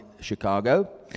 Chicago